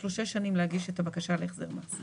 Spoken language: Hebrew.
יש לו שש שנים להגיש את הבקשה להחזר מס.